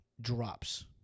drops